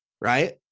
right